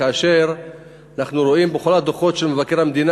כאשר אנחנו רואים בכל הדוחות של מבקר המדינה,